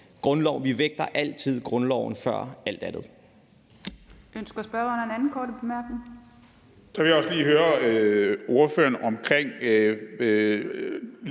grundloven. Vi vægter altid grundloven før alt andet.